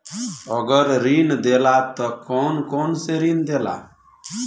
अगर ऋण देला त कौन कौन से ऋण देला?